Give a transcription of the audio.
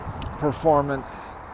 performance